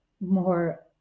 more